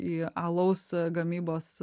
į alaus gamybos